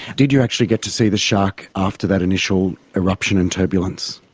did you actually get to see the shark after that initial eruption and turbulence?